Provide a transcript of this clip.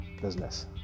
business